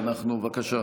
בבקשה,